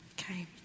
okay